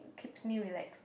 keeps me relaxed